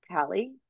Callie